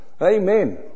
Amen